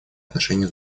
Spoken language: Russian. отношения